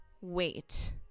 wait